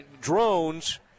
Drones